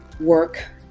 work